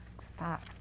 Stop